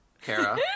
Kara